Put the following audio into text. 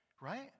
right